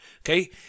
Okay